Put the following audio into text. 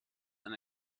and